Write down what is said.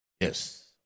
yes